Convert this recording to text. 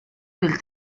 del